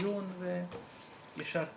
הדיון ויישר כוח.